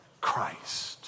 Christ